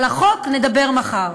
על החוק נדבר מחר.